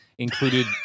Included